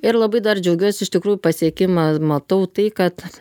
ir labai dar džiaugiuos iš tikrųjų pasiekimą matau tai kad